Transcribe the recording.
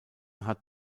hat